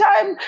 time